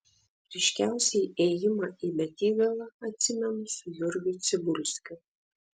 ryškiausiai ėjimą į betygalą atsimenu su jurgiu cibulskiu